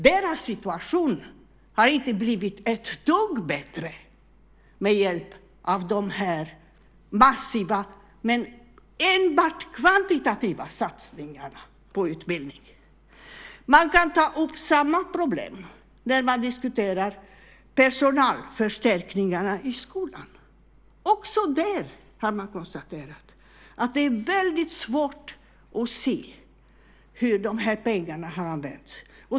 Deras situation har inte blivit ett dugg bättre med hjälp av de här massiva, men enbart kvantitativa, satsningarna på utbildning. Man kan ta upp samma problem när man diskuterar personalförstärkningarna i skolan. Också där har man konstaterat att det är väldigt svårt att se hur de här pengarna har använts.